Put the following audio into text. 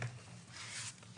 שאלות.